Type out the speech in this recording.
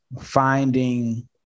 finding